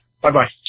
Bye-bye